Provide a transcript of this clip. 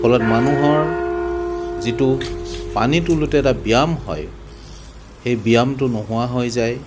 ফলত মানুহৰ যিটো পানী তোলোতে এটা ব্যায়াম হয় সেই ব্যায়ামটো নোহোৱা হৈ যায়